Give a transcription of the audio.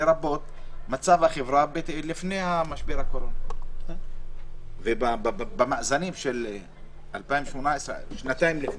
לרבות מצב החברה לפני משבר הקורונה ובמאזנים של השנתיים שלפני כן."